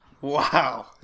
Wow